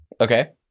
Okay